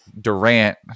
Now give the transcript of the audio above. Durant